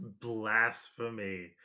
blasphemy